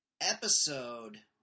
episode